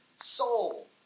soul